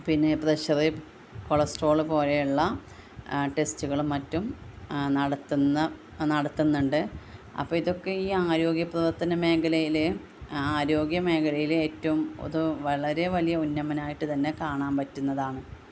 പിന്നെ pressure cholesterol പോലെയുള്ള ടെസ്റ്റുകളും മറ്റും നടത്തുന്നുണ്ട് അപ്പോള് ഇതൊക്കെ ഈ ആരോഗ്യ പ്രവർത്തന മേഖലയില് ആരോഗ്യ മേഖലയില് ഏറ്റവും ഒരു വളരെ വലിയ ഉന്നമനമായിട്ട് തന്നെ കാണാൻ പറ്റുന്നതാണ്